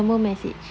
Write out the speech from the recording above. normal message